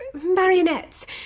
marionettes